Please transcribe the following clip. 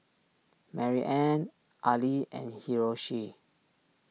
Maryanne Ali and Hiroshi